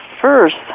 first